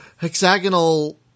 hexagonal